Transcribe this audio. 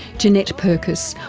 jeanette purkis,